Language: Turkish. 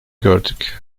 gördük